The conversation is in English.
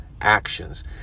actions